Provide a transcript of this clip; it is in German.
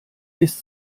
ist